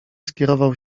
skierował